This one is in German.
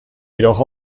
jedoch